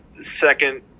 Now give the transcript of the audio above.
second